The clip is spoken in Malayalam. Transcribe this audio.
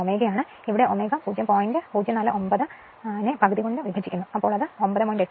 049 12 ആണ് അതിനാൽ ഇത് യൂണിറ്റിന് 9